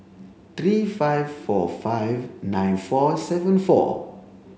three five four five nine four seven four